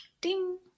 ding